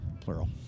Plural